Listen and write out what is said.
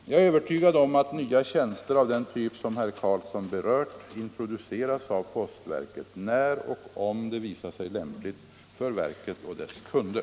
Jag är övertygad om att nya tjänster av den typ som herr Karlsson berört introduceras av postverket när och om det visar sig lämpligt för verket och dess kunder.